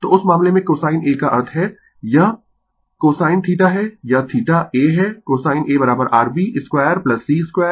तो उस मामले में cosine A का अर्थ है यह cosine थीटा है यह थीटा A है cosine A r b square c square